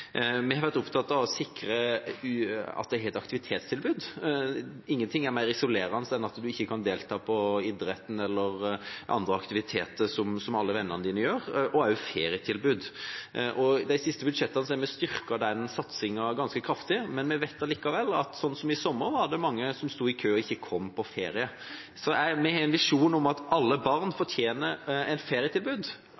Vi har vært opptatt av å sikre at de har et aktivitetstilbud. Ingenting er mer isolerende enn at man ikke kan delta i idrett eller andre aktiviteter som alle vennene dine gjør, eller at man ikke kan delta i ferietilbud. I de siste budsjettene har vi styrket den satsingen ganske kraftig. Men vi vet likevel at i sommer var det mange som sto i kø, og som ikke kom på ferie. Vi har en visjon om at alle barn